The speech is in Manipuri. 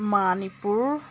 ꯃꯅꯤꯄꯨꯔ